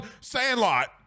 sandlot